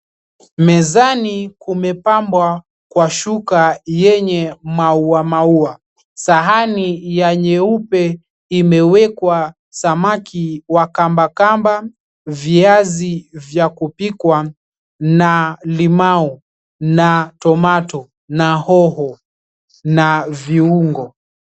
Mezani kumepambwa kwa shuka yenye maua maua. Sahani ya nyeupe imewekwa samaki wa kambakamba, viazi vya kupikwa na limau, na tomato , na hoho na viungo.